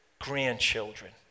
grandchildren